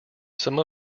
some